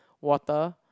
water